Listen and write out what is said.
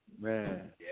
man